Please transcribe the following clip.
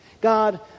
God